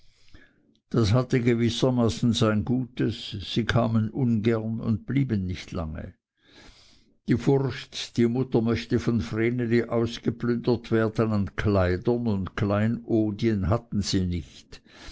das hatte gewissermaßen sein gutes sie kamen ungern und blieben nicht lange die furcht die mutter möchte von vreneli ausgeplündert werden an kleidern und kleinodien hatten sie nicht